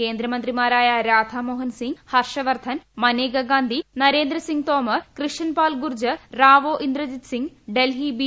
കേന്ദ്രമന്ത്രിമാരായ രാധ മോഹൻസിങ് ഹർഷവർധൻ മനേക ഗാന്ധി നരേന്ദ്രസിംഗ് തോമർ കൃഷൻ പാൽ ഗുർജർ റാവോ ഇന്ദ്രജിത് സിങ് ഡൽഹി ബി